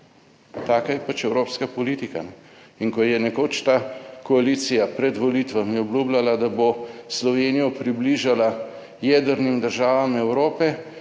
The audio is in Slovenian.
Taka je pač evropska politika in ko je nekoč ta koalicija pred volitvami obljubljala, da bo Slovenijo približala jedrnim državam Evrope,